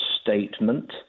statement